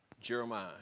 Jeremiah